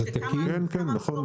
נכון.